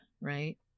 Right